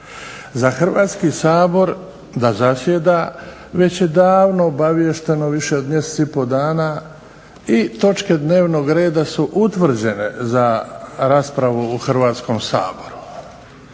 za Hrvatski sabor da zasjeda već je davno obaviješteno više od mjesec dana i točke dnevnog reda su utvrđene za raspravu u Hrvatskom saboru.